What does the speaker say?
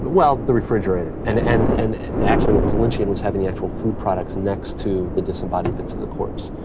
well, the refrigerator. and and and actually, what was lynchian was having the actual food products next to the disembodied bits of the corpse.